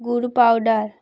গুড় পাউডার